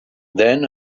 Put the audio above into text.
then